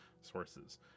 sources